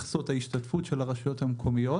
מכסות ההשתתפות של הרשויות המקומיות.